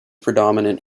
predominate